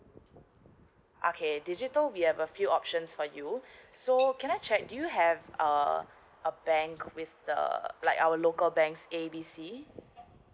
okay digital we have a few options for you so can I check do you have uh a bank with a uh like our local banks A B C